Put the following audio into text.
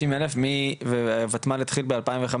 50,000 והוותמ"ל התחיל בשנת 2015?